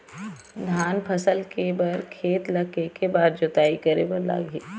धान फसल के बर खेत ला के के बार जोताई करे बर लगही?